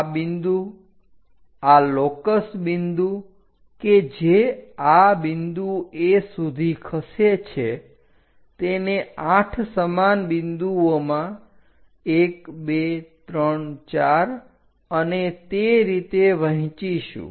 આ બિંદુ આ લોકસ બિંદુ કે જે આ બિંદુ A સુધી ખસે છે તેને 8 સમાન બિંદુઓમાં 1234 અને તે રીતે વહેંચીશું